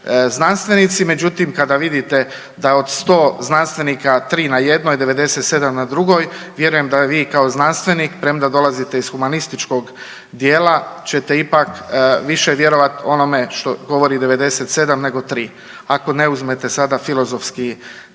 znanstvenici. Međutim kada vidite da od 100 znanstvenika 3 na jednoj, 97 na drugoj vjerujem da vi kao znanstvenik premda dolazite iz humanističkog dijela ćete ipak više vjerovati onome što govori 97 nego 3 ako ne uzmete sada filozofski